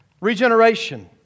Regeneration